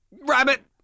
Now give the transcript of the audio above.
Rabbit